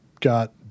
got